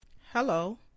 Hello